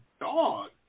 dog